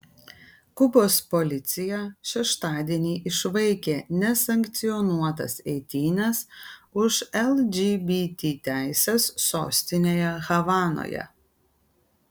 kubos policija šeštadienį išvaikė nesankcionuotas eitynes už lgbt teises sostinėje havanoje